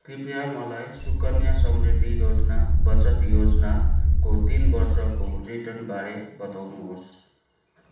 कृपया मलाई सुकन्या समृद्धि योजना बचत योजनाको तिन वर्षको रिटर्न बारे बताउनुहोस्